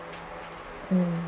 mm